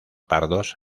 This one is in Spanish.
pardos